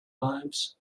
lives